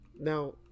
now